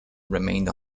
remained